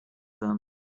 them